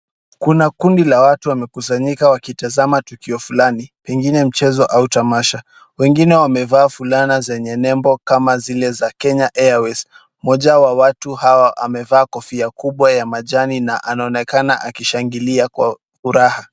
Kuna kundi la watu wamekusanyika wakitazama tukio flani pengine mchezo au tamasha. Wengine wamevaa fulana zenye nembo kama zile za Kenya Airways. Mmoja wa watu hawa amevaa kofia kubwa ya majani na anaonekana akishangilia kwa furaha.